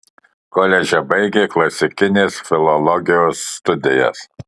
koledže baigė klasikinės filologijos studijas